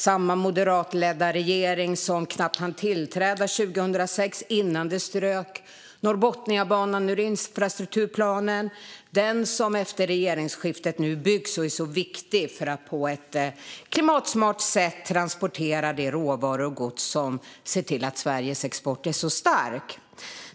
Samma moderatledda regering hann knappt tillträda 2006 innan den strök Norrbotniabanan ur infrastrukturplanen, den bana som nu efter regeringsskiftet byggs och som är viktig för att på ett klimatsmart sätt transportera de råvaror och gods som ser till att Sveriges export är stark.